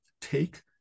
take